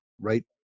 right